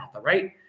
right